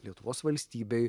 lietuvos valstybei